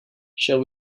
shall